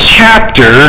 chapter